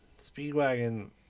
Speedwagon